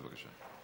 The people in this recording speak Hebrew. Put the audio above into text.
בבקשה.